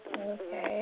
Okay